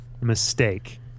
Mistake